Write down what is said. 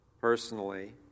personally